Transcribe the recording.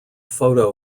photo